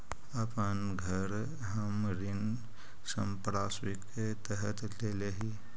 अपन घर हम ऋण संपार्श्विक के तरह देले ही